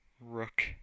rook